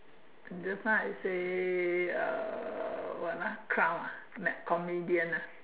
just now I say uh what ah clown ah like comedian ah